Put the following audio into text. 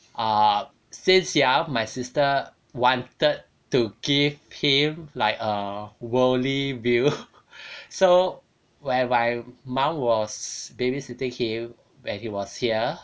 ah since young my sister wanted to give him like a worldly view so when my mum was babysitting him when he was here